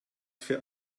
für